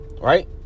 right